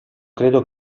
credo